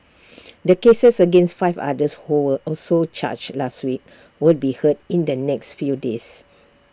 the cases against five others who were also charged last week will be heard in the next few days